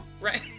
right